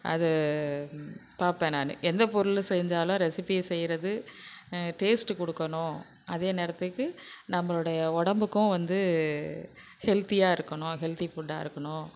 அது பார்ப்பேன் நான் எந்த பொருளும் செஞ்சாலும் ரெசிபியை செய்கிறது டேஸ்ட் கொடுக்கணும் அதே நேரத்துக்கு நம்மளுடைய உடம்புக்கும் வந்து ஹெல்த்தியாக இருக்கணும் ஹெல்த்தி ஃபுட்டாக இருக்கணும்